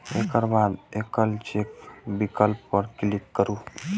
एकर बाद एकल चेक विकल्प पर क्लिक करू